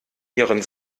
ihren